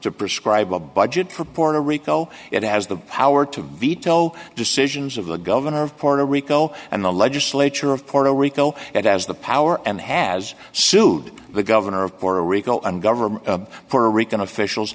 to prescribe a budget for puerto rico it has the power to veto decisions of a governor of puerto rico and the legislature of puerto rico that has the power and has sued the governor of puerto rico and government of puerto rican officials